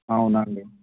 అవునండి